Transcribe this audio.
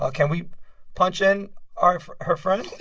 ah can we punch in our her friend?